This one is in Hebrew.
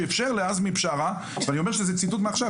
שאפשר לעזמי בשארה ואני אומר שזה ציטוט מעכשיו,